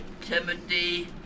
Timothy